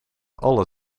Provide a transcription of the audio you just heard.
alle